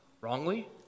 wrongly